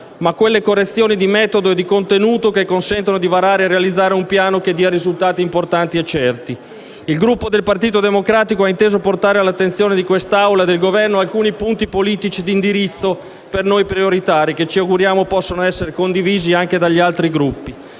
quelle correzioni di metodo e contenuto che consentano di varare e realizzare un piano dai risultati importanti e certi. Il Gruppo del Partito Democratico ha inteso portare all'attenzione dell'Aula e del Governo alcuni punti politici di indirizzo che reputa prioritari, e che si augura possano essere condivisi anche dagli altri Gruppi.